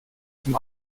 zum